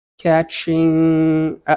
catching